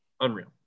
Unreal